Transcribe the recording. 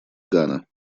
гана